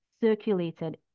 circulated